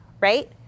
right